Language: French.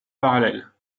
parallèles